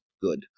good